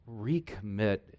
recommit